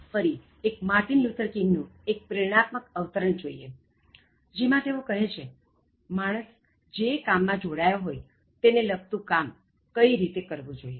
ફરી એક Martin Luther King નું એક પ્રેરણાત્મક અવતરણ જોઇએ જેમાં તેઓ કહે છે માણસ જે કામ માં જોડાયો હોય તેને લગતું કામ કઈ રીતે કરવું જોઇએ